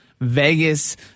Vegas –